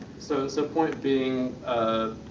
so, so point being, ah,